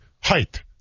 height